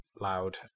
loud